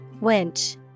Winch